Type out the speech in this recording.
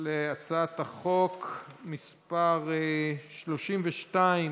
אני קובע כי הצעת חוק שוויון זכויות לאנשים עם מוגבלות (תיקון מס' 21),